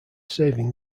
saving